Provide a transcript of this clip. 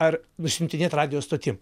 ar nusiuntinėt radijo stotim